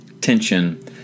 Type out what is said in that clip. tension